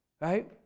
right